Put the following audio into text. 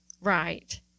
Right